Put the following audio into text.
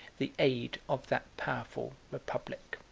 the aid of that powerful republic.